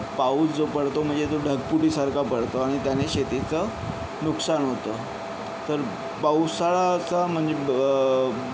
पाऊस जो पडतो म्हणजे तो ढगफुटीसारखा पडतो आणि त्याने शेतीचं नुकसान होतं तर पावसाळ्याचा म्हणजे ब